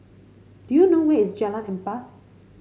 do you know where is Jalan Empat